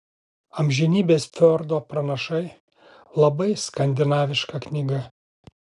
amžinybės fjordo pranašai labai skandinaviška knyga